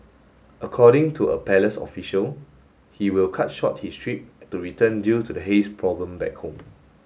according to a palace official he will cut short his trip to return due to the haze problem back home